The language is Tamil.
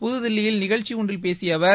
புதுதில்லியில் நிகழ்ச்சி ஒன்றில் பேசிய அவர்